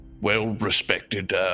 well-respected